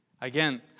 Again